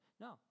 No